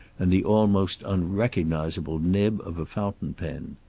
and the almost unrecognizable nib of a fountain pen.